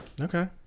okay